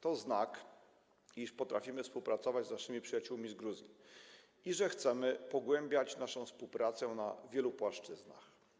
To znak, iż potrafimy współpracować z naszymi przyjaciółmi z Gruzji i że chcemy pogłębiać naszą współpracę na wielu płaszczyznach.